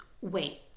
wait